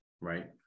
Right